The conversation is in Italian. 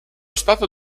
stato